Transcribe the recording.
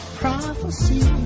prophecy